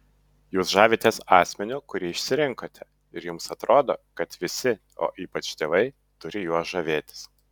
jūs žavitės asmeniu kurį išsirinkote ir jums atrodo kad visi o ypač tėvai turi juo žavėtis